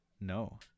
No